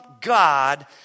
God